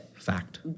Fact